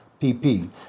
PP